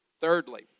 Thirdly